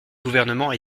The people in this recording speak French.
gouvernement